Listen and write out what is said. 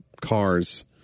cars